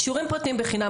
שיעורים פרטיים בחינם,